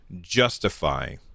justify